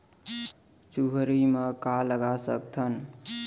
चुहरी म का लगा सकथन?